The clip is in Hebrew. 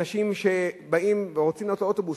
אנשים שבאים ורוצים לעלות לאוטובוס,